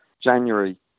January